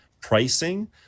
pricing